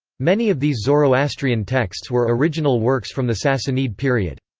many of these zoroastrian texts were original works from the sassanid period.